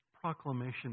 proclamation